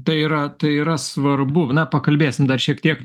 tai yra tai yra svarbu na pakalbėsim dar šiek tiek